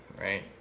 right